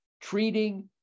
treating